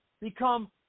become